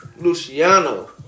Luciano